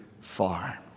far